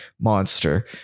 monster